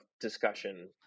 discussion